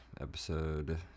episode